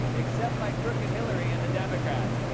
except by crooked hillary and the democrats.